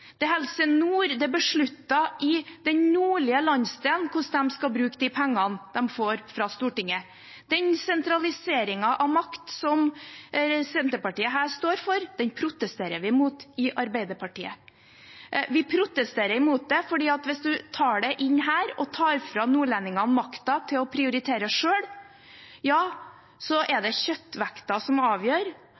Det er besluttet i den nordlige landsdelen hvordan de skal bruke pengene de får fra Stortinget. Den sentraliseringen av makt som Senterpartiet her står for, protesterer vi mot i Arbeiderpartiet. Vi protesterer mot det, for hvis man tar det inn her og tar fra nordlendingene makten til å prioritere selv, er det kjøttvekta som avgjør,